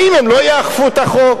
האם הם לא יאכפו את החוק?